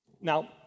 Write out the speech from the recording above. Now